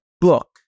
book